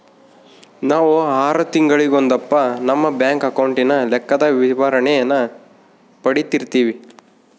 ನಾವು ಆರು ತಿಂಗಳಿಗೊಂದಪ್ಪ ನಮ್ಮ ಬ್ಯಾಂಕ್ ಅಕೌಂಟಿನ ಲೆಕ್ಕದ ವಿವರಣೇನ ಪಡೀತಿರ್ತೀವಿ